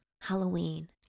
Halloween